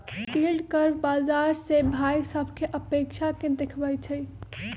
yield curve बाजार से भाइ सभकें अपेक्षा के देखबइ छइ